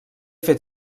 fet